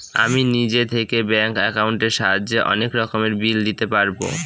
আমি নিজে থেকে ব্যাঙ্ক একাউন্টের সাহায্যে অনেক রকমের বিল দিতে পারবো